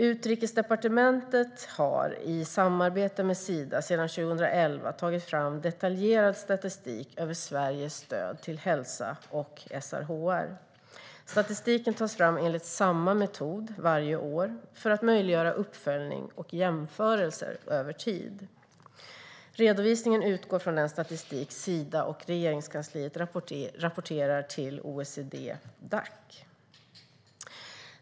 Utrikesdepartementet har i samarbete med Sida sedan 2011 tagit fram detaljerad statistik över Sveriges stöd till hälsa och SRHR. Statistiken tas fram enligt samma metod varje år för att möjliggöra uppföljning och jämförelser över tid. Redovisningen utgår från den statistik Sida och Regeringskansliet rapporterar till OECD-Dac.